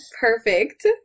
Perfect